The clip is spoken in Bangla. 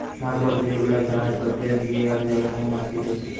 মাল পত্র যেগুলা জাহাজ বা প্লেন দিয়ে এক জায়গা নু আসতিছে